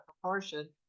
proportion